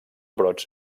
brots